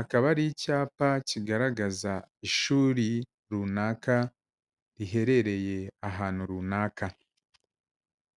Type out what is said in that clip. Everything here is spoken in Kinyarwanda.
akaba ari icyapa kigaragaza ishuri runaka, riherereye ahantu runaka.